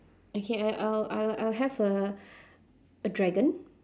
okay I I'll I'll I'll have a a dragon